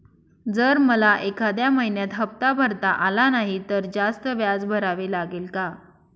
जर मला एखाद्या महिन्यात हफ्ता भरता आला नाही तर जास्त व्याज भरावे लागेल का?